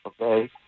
okay